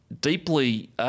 deeply